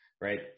right